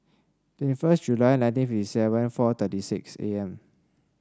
twenty first July nineteen fifty seven four thirty six A M